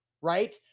right